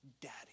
daddy